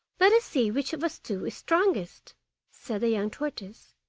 let us see which of us two is strongest said the young tortoise,